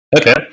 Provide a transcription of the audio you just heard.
Okay